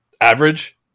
average